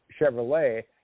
Chevrolet